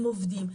הם עובדים,